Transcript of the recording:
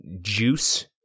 juice